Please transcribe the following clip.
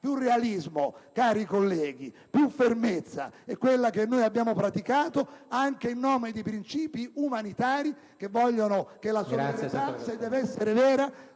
Più realismo, cari colleghi, più fermezza: è ciò che noi abbiamo praticato anche in nome di principi umanitari che vogliono che la solidarietà, se deve essere vera,